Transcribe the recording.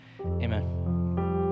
Amen